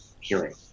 Hearing